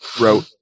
wrote